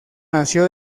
nació